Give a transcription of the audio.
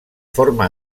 forma